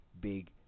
big